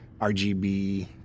RGB